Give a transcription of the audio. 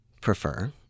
prefer